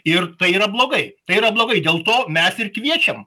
ir tai yra blogai tai yra blogai dėl to mes ir kviečiam